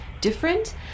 different